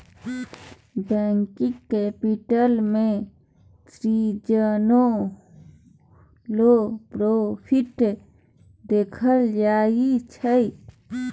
working capital में सीजनलो profit देखल जाइ छइ